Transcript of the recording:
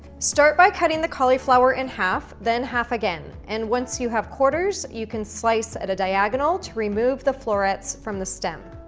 start by cutting the cauliflower in half, then half again. and once you have quarters, you can slice at a diagonal to remove the florets from the stem.